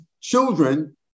children